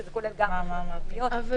שזה כולל גם רשויות מקומיות --- חברים,